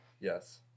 Yes